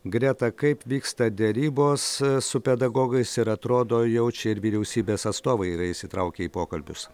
greta kaip vyksta derybos su pedagogais ir atrodo jau čia ir vyriausybės atstovai yra įsitraukę į pokalbius